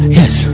yes